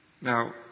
Now